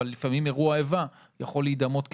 אבל לפעמים אירוע איבה יכול להידמות כקרב,